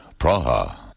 Praha